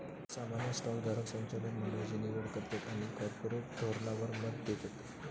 सामान्य स्टॉक धारक संचालक मंडळची निवड करतत आणि कॉर्पोरेट धोरणावर मत देतत